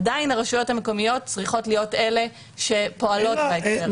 עדין הרשויות המקומיות צריכות להיות אלה שפועלות בהקשר הזה.